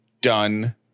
done